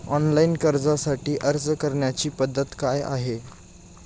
Online कर्जासाठी अर्ज करण्याची पद्धत काय आहे?